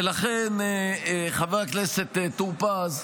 ולכן, חבר הכנסת טור פז,